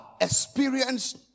experienced